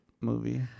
movie